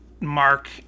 Mark